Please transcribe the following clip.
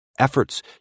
Efforts